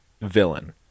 villain